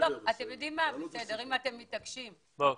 טוב, אתם יודעים מה, אם אתם מתעקשים, בבקשה.